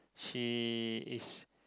she is